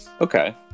Okay